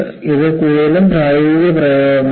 ഇത് കൂടുതലും പ്രായോഗിക പ്രയോഗങ്ങളിലാണ്